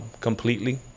completely